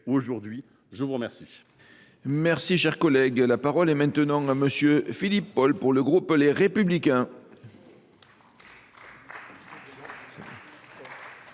à vous remercier